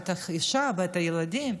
את האישה ואת הילדים,